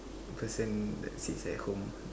person that sits at home